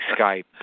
Skype